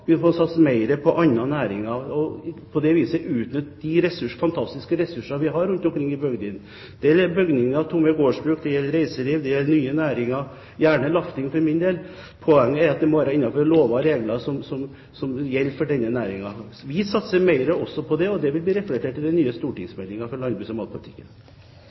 på andre næringer, og på det viset utnytte de fantastiske ressursene vi har rundt omkring i bygdene. Det gjelder bygninger, tomme gårdsbruk, reiseliv, nye næringer – gjerne lafting, for min del. Poenget er at det må gjøres innenfor de lover og regler som gjelder for denne næringen. Vi satser mer på det, og det vil bli reflektert i den nye stortingsmeldingen om landbruks- og matpolitikken.